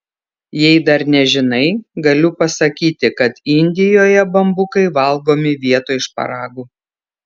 jei dar nežinai galiu pasakyti kad indijoje bambukai valgomi vietoj šparagų